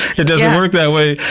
it doesn't work that way!